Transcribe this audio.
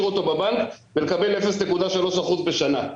להשאיר אותו בבנק ולקבל 0.3% בשנה.